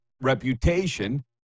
reputation